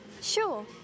Sure